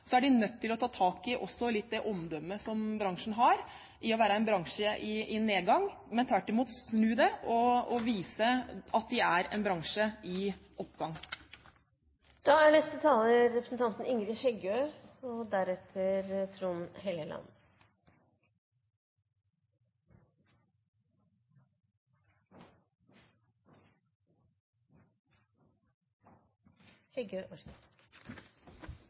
er den nødt til å ta litt tak i det omdømmet som bransjen har for å være en bransje i nedgang, og tvert imot snu det og vise at det er en bransje i oppgang. Aller først: Takk til interpellanten som set søkjelys på denne viktige problemstillinga. Noreg er